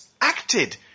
acted